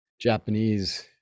Japanese